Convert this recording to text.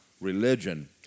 religion